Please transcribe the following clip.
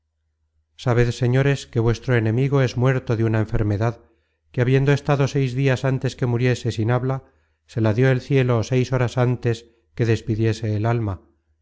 sabed señores que vuestro enemigo es muerto de una enfermedad que habiendo estado seis dias antes que muriese sin habla se la dió el cielo seis horas antes que despidiese el alma